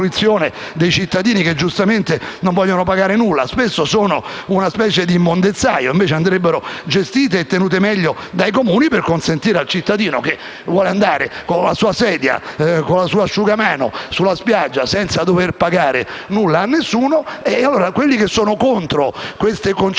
dei cittadini che giustamente non vogliono pagare nulla. Spesso sono una specie di immondezzaio, mentre andrebbero gestite e tenute meglio per consentire l'accesso al cittadino che vuole andare con la sua sedia e con il suo asciugamano sulla spiaggia senza dover pagare nulla a nessuno. E allora quelli che sono contro le concessioni,